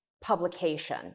publication